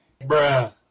Bruh